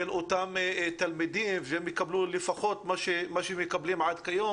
אותם תלמידים שיקבלו את מה שהם מקבלים כיום,